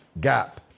gap